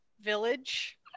village